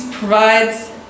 Provides